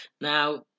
Now